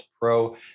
Pro